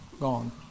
gone